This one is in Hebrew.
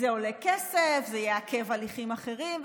עולה כסף, שזה יעכב הליכים אחרים.